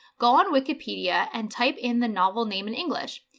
go on wikipedia and type in the novel name in english.